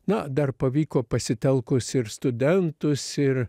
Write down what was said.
na dar pavyko pasitelkus ir studentus ir